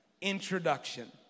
introduction